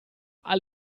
haben